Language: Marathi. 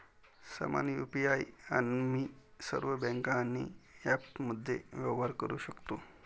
समान यु.पी.आई आम्ही सर्व बँका आणि ॲप्समध्ये व्यवहार करू शकतो